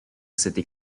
city